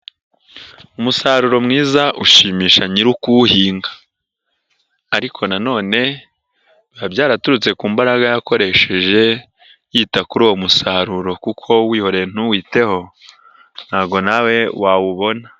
Umusaruro mwiza ushimisha nyirikuwuhinga ariko none biba byaraturutse ku mbaraga yakoresheje, yita kuri uwo musaruro kuko uwihoreye ntuwiteho ntago nawe wawubona.